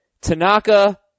Tanaka